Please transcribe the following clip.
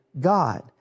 God